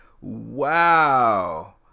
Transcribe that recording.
Wow